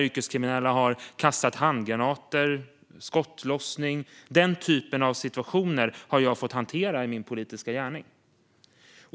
Yrkeskriminella som kastat handgranater, skottlossning - den typen av situationer har jag fått hantera i min politiska gärning.